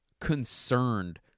concerned